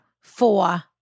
four